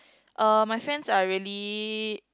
uh my friends are really